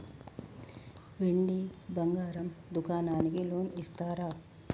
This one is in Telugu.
వెండి బంగారం దుకాణానికి లోన్ ఇస్తారా?